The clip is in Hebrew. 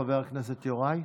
חבר הכנסת יוראי,